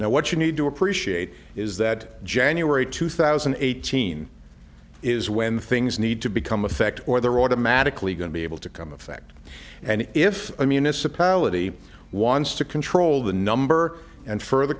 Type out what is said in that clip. now what you need to appreciate is that january two thousand and eighteen is when things need to become effect or they're automatically going to be able to come effect and if i mean this a policy wants to control the number and further